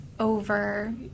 over